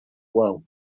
well